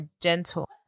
gentle